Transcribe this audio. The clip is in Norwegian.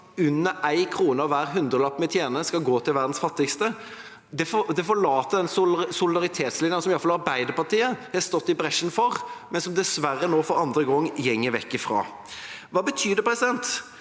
under én krone av hver hundrelapp vi tjener, skal gå til verdens fattigste – det forlater solidaritetslinjen som i alle fall Arbeiderpartiet har gått i bresjen for, men som de dessverre nå for andre gang går vekk fra. Hva betyr det? Jo, det